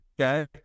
Okay